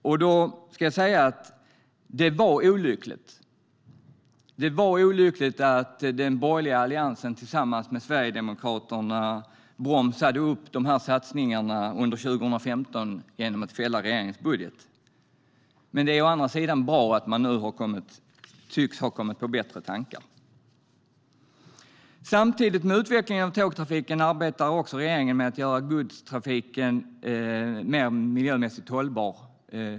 Jag ska säga att det var olyckligt att den borgerliga alliansen tillsammans med Sverigedemokraterna bromsade de här satsningarna under 2015 genom att fälla regeringens budget. Men det är bra att man nu tycks ha kommit på bättre tankar. Samtidigt med en utveckling av tågtrafiken arbetar också regeringen med att göra godstrafiken på väg mer miljömässigt hållbar.